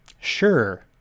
sure